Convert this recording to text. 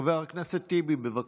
חבר הכנסת טיבי, בבקשה.